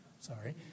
Sorry